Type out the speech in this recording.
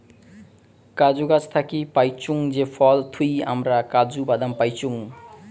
কাজু গাছ থাকি পাইচুঙ যে ফল থুই হামরা কাজু বাদাম পাইচুং